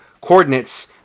coordinates